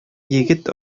егет